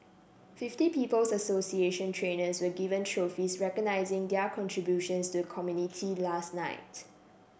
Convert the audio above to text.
fifty People's Association trainers were given trophies recognising their contributions to the community last night